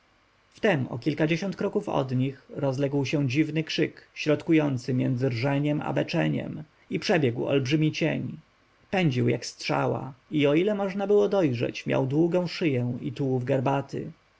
wtem o kilkadziesiąt kroków od nich rozległ się dziwny krzyk środkujący między rżeniem a beczeniem i przebiegł olbrzymi cień pędził jak strzała i o ile można było dojrzeć miał długą szyję i tułów garbaty